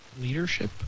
Leadership